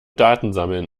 datensammeln